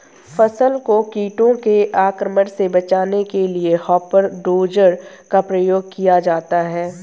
फसल को कीटों के आक्रमण से बचाने के लिए हॉपर डोजर का प्रयोग किया जाता है